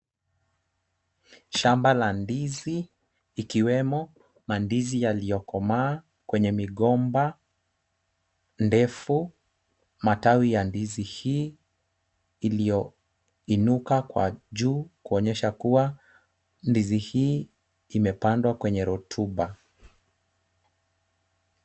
Shamba la ndizi ikiwemo mandizi yaliyokomaa kwenye migomba ndefu. Matawi ya ndizi hii iliyoinuka kwa juu kuonyesha kuwa ndizi hii imepandwa kwenye rotuba.